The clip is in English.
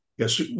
Yes